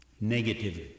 negative